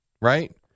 right